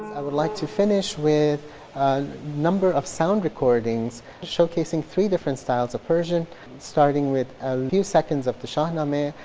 i would like to finish with a number of sound recordings showcasing three different styles of persian starting with a few seconds of the shahnameh,